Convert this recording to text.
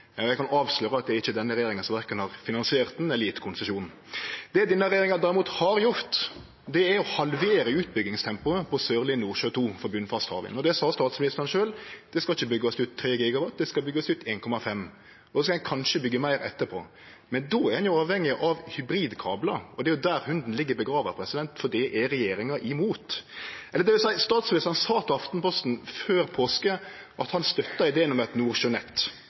eg kan avsløre at det ikkje er denne regjeringa som har verken finansiert han eller gjeve konsesjon. Det denne regjeringa derimot har gjort, er å halvere utbyggingstempoet på Sørlege Nordsjø II for botnfast havvind. Statsministeren sa sjølv at det ikkje skal byggjast ut 3 GW, det skal byggjast ut 1,5 GW. Så skal ein kanskje byggje meir etterpå. Men då er ein avhengig av hybridkablar, og det er der hunden ligg gravlagd, for det er regjeringa imot. Eller det vil seie: Statsministeren sa til Aftenposten før påske at han